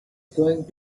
going